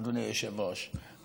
אדוני היושב-ראש,